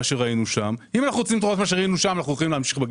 שראינו שם -- אתה עומד בראש הצוות של משרד הביטחון?